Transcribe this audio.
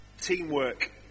teamwork